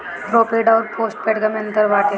Prepaid अउर postpaid में का अंतर बाटे?